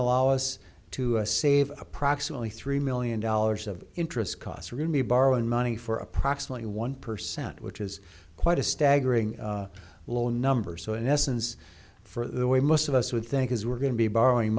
allow us to save approximately three million dollars of interest costs are going to be borrowing money for approximately one percent which is quite a staggering low number so in essence for the way most of us would think is we're going to be borrowing